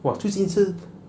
what 最近几次